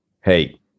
hey